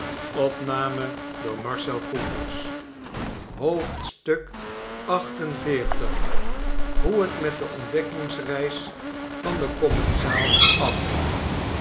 hoe het met de ontdekkingsreis van den commensaal afliep